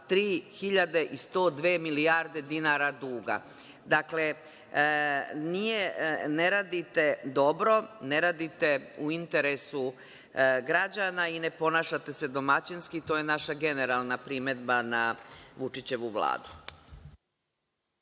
3.102 milijarde dinara duga. Dakle, nije, ne radite dobro, ne radite u interesu građana i ne ponašate se domaćinski i to je naša generalna primedba na Vučićevu Vladu.